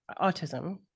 autism